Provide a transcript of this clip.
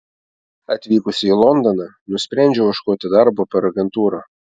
atvykusi į londoną nusprendžiau ieškoti darbo per agentūrą